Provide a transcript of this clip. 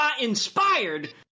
inspired